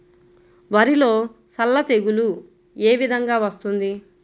వరిలో సల్ల తెగులు ఏ విధంగా వస్తుంది?